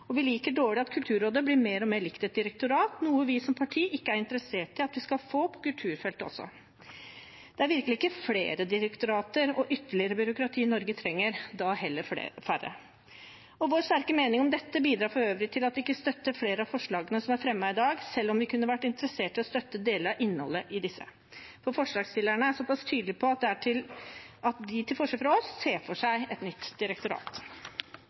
Vi liker dårlig at Kulturrådet blir mer og mer likt et direktorat, noe vi som parti ikke er interessert i at vi skal få på kulturfeltet også. Det er virkelig ikke flere direktorater og ytterligere byråkrati Norge trenger – heller færre. Vår sterke mening om dette bidrar for øvrig til at vi ikke støtter flere av forslagene som er fremmet i dag, selv om vi kunne vært interessert i å støtte deler av innholdet i disse. Forslagsstillerne er såpass tydelige på at de, til forskjell fra oss, ser for seg et nytt direktorat.